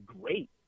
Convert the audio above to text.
great